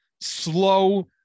slow